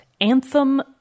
Anthem